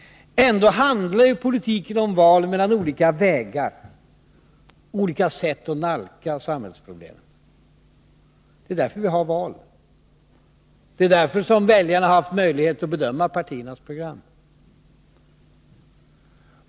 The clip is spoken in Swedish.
Ändå handlar ju politiken om val mellan olika vägar, mellan olika sätt att nalkas samhällsproblemen. Det är därför vi har val. Det är därför väljarna haft möjlighet att ta ställning till partiernas program.